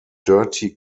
dirty